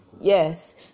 yes